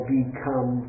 become